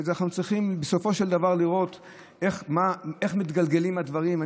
ואנחנו צריכים בסופו של דבר לראות איך מתגלגלים הדברים.